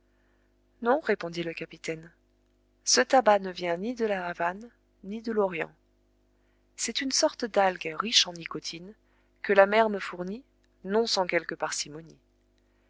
non répondit le capitaine ce tabac ne vient ni de la havane ni de l'orient c'est une sorte d'algue riche en nicotine que la mer me fournit non sans quelque parcimonie